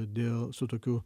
dėl su tokiu